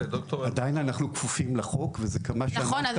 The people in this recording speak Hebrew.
עדיין אנחנו כפופים לחוק וזה כמה ש- - -הוא בניגוד לחוק.